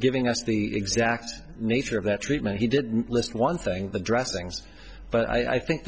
giving us the exact nature of that treatment he did list one thing the dressings but i think